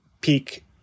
peak